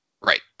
Right